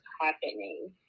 happening